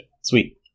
Sweet